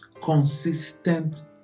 consistent